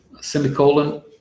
semicolon